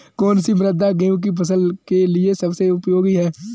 कौन सी मृदा गेहूँ की फसल के लिए सबसे उपयोगी है?